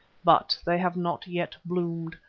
but they have not yet bloomed.